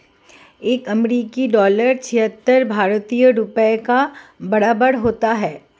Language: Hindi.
एक अमेरिकी डॉलर छिहत्तर भारतीय रुपये के बराबर होता है